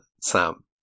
Sam